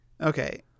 Okay